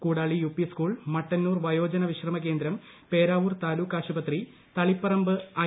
Koodali U P S Mattannur വയോജന വിശ്രമ കേന്ദ്രം പേരാവൂർ കുൾ താലൂക്കാശുപത്രി തളിപ്പറമ്പ് ഐ